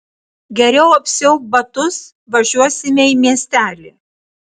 geriau apsiauk batus važiuosime į miestelį